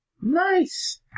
Nice